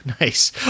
Nice